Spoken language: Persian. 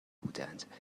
بودند